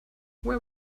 where